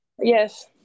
Yes